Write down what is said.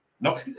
No